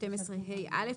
55א12ה(א),